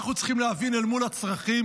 אנחנו צריכים להבין אל מול הצרכים,